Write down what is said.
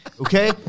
okay